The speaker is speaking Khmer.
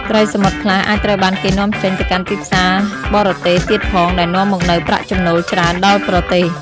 ត្រីសមុទ្រខ្លះអាចត្រូវបានគេនាំចេញទៅកាន់ទីផ្សារបរទេសទៀតផង ដែលនាំមកនូវប្រាក់ចំណូលច្រើនដល់ប្រទេស។